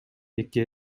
эки